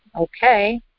Okay